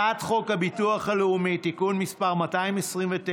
הצעת חוק הביטוח הלאומי (תיקון מס' 229,